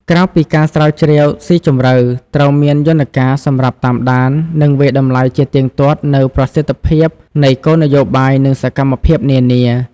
ក្រៅពីការស្រាវជ្រាវស៊ីជម្រៅ ត្រូវមានយន្តការសម្រាប់តាមដាន និងវាយតម្លៃជាទៀងទាត់នូវប្រសិទ្ធភាពនៃគោលនយោបាយ និងសកម្មភាពនានា។